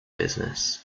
business